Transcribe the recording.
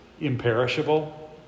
Imperishable